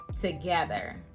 together